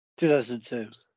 2002